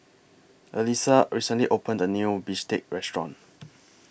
Alisa recently opened A New Bistake Restaurant